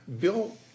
Bill